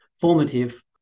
formative